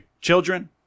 children